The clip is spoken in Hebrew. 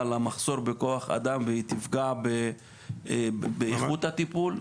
המחסור בכוח אדם והיא תפגע באיכות הטיפול?